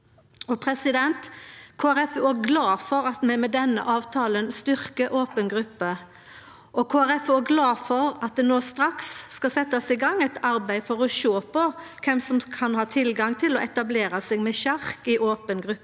Folkeparti er glad for at vi med denne avtalen styrkjer open gruppe, og vi er òg glade for at det no straks skal setjast i gang eit arbeid for å sjå på kven som kan ha tilgang til å etablere seg med sjark i open gruppe.